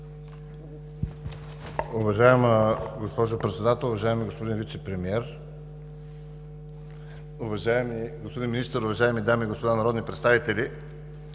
Уважаема госпожо Председател, уважаеми господин Вицепремиер, уважаеми господин Министър, уважаеми дами и господа народни представители!